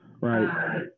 right